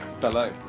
Hello